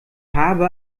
habe